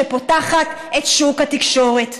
שפותחת את שוק התקשורת,